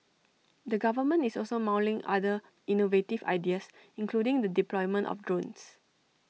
the government is also mulling other innovative ideas including the deployment of drones